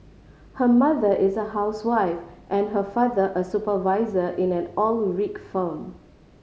her mother is a housewife and her father a supervisor in an oil rig firm